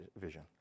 vision